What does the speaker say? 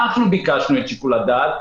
אנחנו ביקשנו את שיקול הדעת,